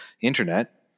internet